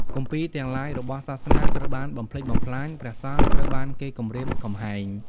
គម្ពីរទាំងឡាយបេស់សាសនាត្រូវបានបំផ្លិចបំផ្លាញ ព្រះសង្ឃត្រូវបានគេគំរាមកំហែង ។